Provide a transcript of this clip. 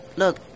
look